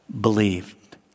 believed